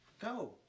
go